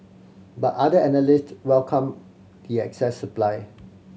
but other analyst welcomed the excess supply